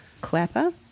Clapper